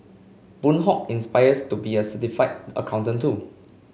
Boon Hock aspires to be a certified accountant too